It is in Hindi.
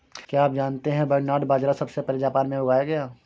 क्या आप जानते है बरनार्ड बाजरा सबसे पहले जापान में उगाया गया